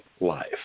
life